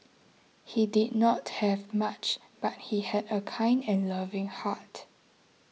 he did not have much but he had a kind and loving heart